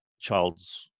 child's